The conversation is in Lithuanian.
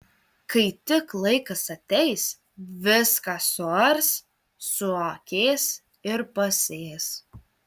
kai tik laikas ateis viską suars suakės ir pasės